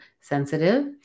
sensitive